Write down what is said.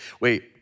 wait